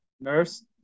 Nurse